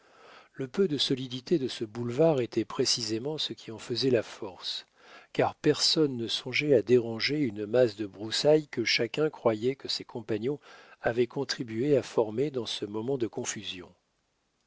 le peu de solidité de ce boulevard était précisément ce qui en faisait la force car personne ne songeait à déranger une masse de broussailles que chacun croyait que ses compagnons avaient contribué à former dans ce moment de confusion